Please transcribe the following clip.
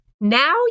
Now